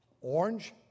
orange